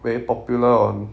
very popular on